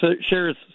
shares